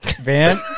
van